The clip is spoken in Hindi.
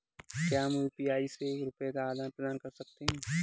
क्या हम यू.पी.आई से रुपये का आदान प्रदान कर सकते हैं?